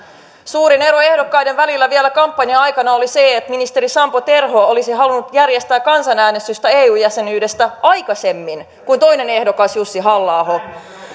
suurin ero ehdokkaiden välillä vielä kampanjan aikana oli se että ministeri sampo terho olisi halunnut järjestää kansanäänestyksen eu jäsenyydestä aikaisemmin kuin toinen ehdokas jussi halla aho